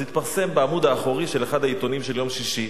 זה התפרסם בעמוד האחורי של אחד העיתונים של יום שישי.